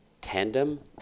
tandem